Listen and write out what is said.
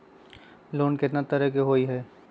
Loan केतना तरह के होअ हई?